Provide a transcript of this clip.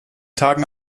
tagen